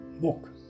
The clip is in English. book